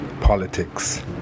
politics